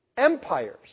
Empires